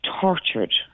tortured